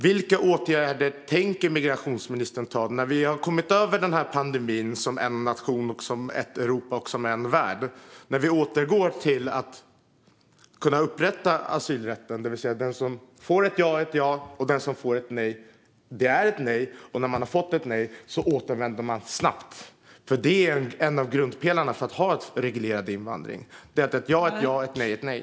Vilka åtgärder tänker migrationsministern vidta när vi som en nation, som ett Europa och som en värld har kommit över pandemin och när vi åter kan upprätthålla asylrätten? Det handlar alltså om att den som får ett ja får ett ja och att den som får ett nej får ett nej. När man har fått ett nej ska man snabbt återvända. En av grundpelarna för en reglerad invandring är att ett ja är ett ja och att ett nej är ett nej.